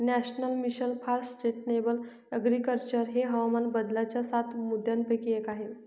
national mission for sustainable agriculture हे हवामान बदलाच्या सात मुद्यांपैकी एक आहे